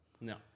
No